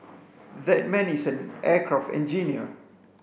that man is an aircraft engineer